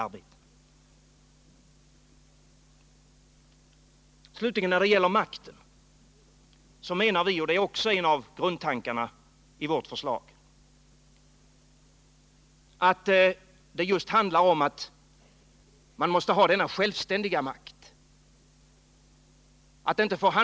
När det slutligen gäller makten menar vi — och det är också en av grundtankarna i vårt förslag — att det handlar om att löntagarna måste ha en självständig makt.